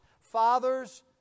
fathers